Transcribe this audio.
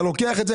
אתה לוקח את זה,